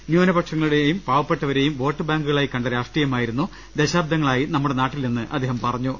ന്യൂനപക്ഷങ്ങ ളെയും പാവപ്പെട്ടവരെയും വോട്ട് ബാങ്കുകളായി കണ്ട രാഷ്ട്രീ യമായിരുന്നു ദശാബ്ദങ്ങളായി നമ്മുടെ നാട്ടിലെന്ന് അദ്ദേഹം പറ ഞ്ഞു